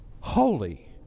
holy